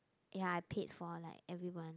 ya I paid for like everyone